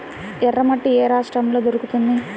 ఎర్రమట్టి ఏ రాష్ట్రంలో దొరుకుతుంది?